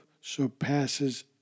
surpasses